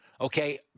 Okay